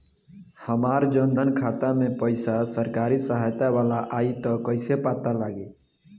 हमार जन धन खाता मे पईसा सरकारी सहायता वाला आई त कइसे पता लागी?